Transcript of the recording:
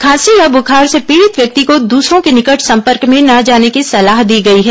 खांसी या बुखार से पीड़ित व्यक्ति को दूसरों के निकट सम्पर्क में न जाने की सलाह दी गई है